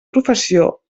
professió